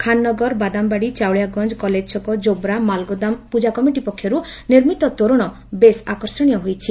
ଖାନ୍ନଗର ବାଦାମବାଡ଼ି ଚାଉଳିଆଗଞା କଲେଜଛକ ଯୋବ୍ରା ମାଲଗୋଦାମ ପୂଜା କମିଟି ପକ୍ଷରୁ ନିର୍ମିତ ତୋରଣ ବେଶ୍ ଆକର୍ଷଣୀୟ ହୋଇଛି